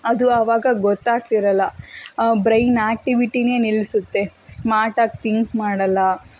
ಅದು ಆವಾಗ ಗೊತ್ತಾಗ್ತಿರಲ್ಲ ಬ್ರೈನ್ ಆಕ್ಟಿವಿಟಿನೇ ನಿಲ್ಲಿಸುತ್ತೆ ಸ್ಮಾರ್ಟಾಗಿ ತಿಂಕ್ ಮಾಡೊಲ್ಲ